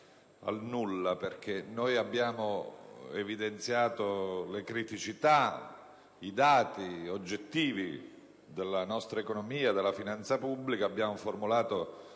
al nulla, perché noi abbiamo evidenziato le criticità, i dati oggettivi della nostra economia e della finanza pubblica e abbiamo formulato